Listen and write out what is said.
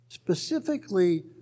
Specifically